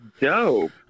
dope